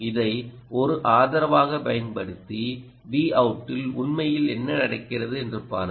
இதை ஒரு ஆதரவாகப் பயன்படுத்தி Vout இல் உண்மையில் என்ன நடக்கிறது என்று பாருங்கள்